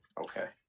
Okay